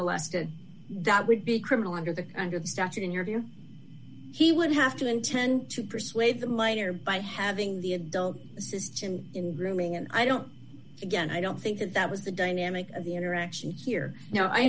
molested that would be criminal under the under the statute in your view he would have to intend to persuade them later by having the adult system in grooming and i don't again i don't think that was the dynamic of the interaction here now i